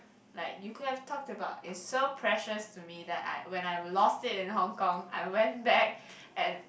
like you could have talked about is so precious to me that I when I lost it in Hong-Kong I went back and